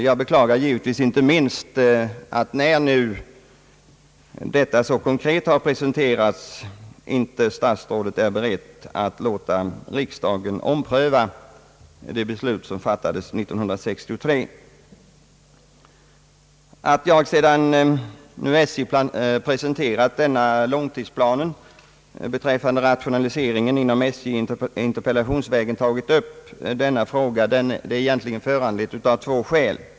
Jag beklagar naturligtvis inte minst att när nu denna giv så konkret presenterats statsrådet inte är beredd att låta riksdagen ompröva det beslut som fattades år 1963. Det finns egentligen två skäl till att jag, sedan SJ presenterat sin långtidsplan beträffande rationaliseringen inom SJ, interpellationsvägen tagit upp denna fråga.